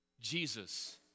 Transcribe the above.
Jesus